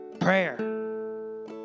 Prayer